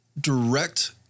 direct